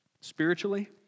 Spiritually